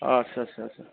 आच्छा आच्छा आच्छा